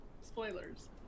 Spoilers